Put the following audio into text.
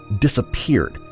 disappeared